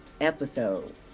episode